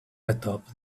atop